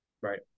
Right